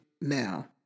now